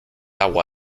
agua